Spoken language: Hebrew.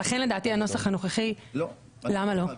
למה לא?